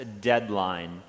deadline